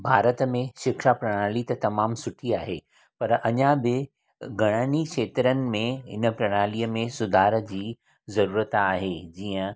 भारत में शिक्षा प्रणाली त तमामु सुठी आहे पर अञा बि घणनि क्षेत्रनि में इन प्रणाली में सुधारु जी जरूरत आहे जीअं